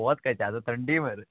वोत खंयचें आता थंडी मरे